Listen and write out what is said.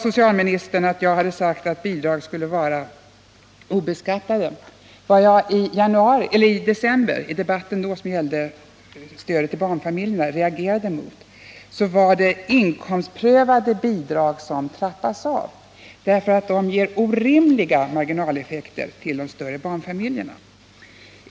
Socialministern sade att jag sagt att bidragen skulle vara obeskattade. Vad jag i debatten i december, som gällde stödet till barnfamiljerna, reagerade mot var det inkomstprövade bidrag som trappas av — därför att det ger orimliga marginaleffekter för större barnfamiljer.